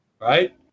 right